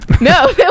No